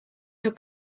your